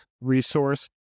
resource